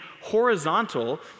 horizontal